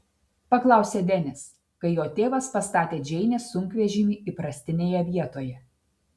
paklausė denis kai jo tėvas pastatė džeinės sunkvežimį įprastinėje vietoje